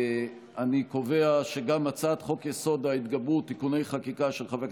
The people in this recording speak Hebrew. אני קובע שגם הצעת חוק-יסוד: ההתגברות (תיקוני חקיקה) של חבר